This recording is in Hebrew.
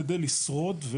כדי לשרוד.